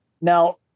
Now